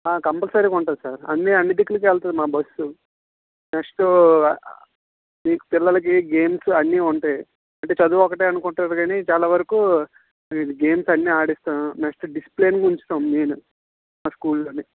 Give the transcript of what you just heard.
ఆ కంపల్సరీగా ఉంటుంది సార్ అన్ని అన్ని దిక్కులకు వెళుతుంది ది మా బస్సు నెక్స్టు ఆ ఈ పిల్లలకి గేమ్స్ అన్నీ ఉంటాయి అంటే చదువు ఒకటే అనుకుంటారు కానీ చాలా వరకు గేమ్స్ అన్నీ ఆడిస్తాం నెక్స్టు డిసిప్లేన్గా ఉంచుతాం మెయిన్ మా స్కూల్లోని